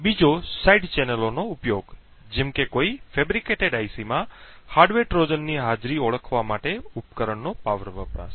બીજો સાઈડ ચેનલોનો ઉપયોગ જેમ કે કોઈ બનાવટી આઈસી માં હાર્ડવેર ટ્રોજનની હાજરી ઓળખવા માટે ઉપકરણનો પાવર વપરાશ